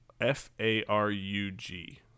F-A-R-U-G